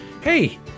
Hey